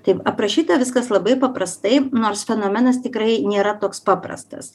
taip aprašyta viskas labai paprastai nors fenomenas tikrai nėra toks paprastas